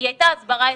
הייתה הסברה אפקטיבית.